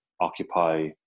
occupy